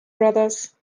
bros